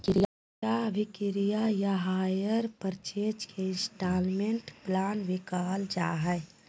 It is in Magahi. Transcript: क्रय अभिक्रय या हायर परचेज के इन्स्टालमेन्ट प्लान भी कहल जा हय